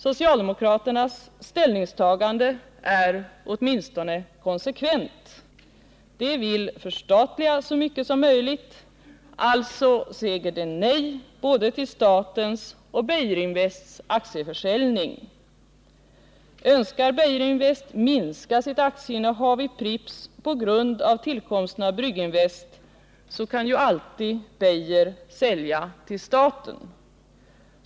Socialdemokraternas ställningstagande är åtminstone konsekvent. De vill förstatliga så mycket som möjligt, alltså säger de nej både till statens och Beijerinvests aktieförsäljning. Önskar Beijerinvest minska sitt aktieinnehav i Pripps på grund av tillkomsten av Brygginvest, kan ju alltid Beijer sälja till staten.